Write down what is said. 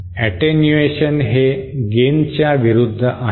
attenuation हे गेनच्या विरुद्ध आहे